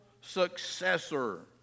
successor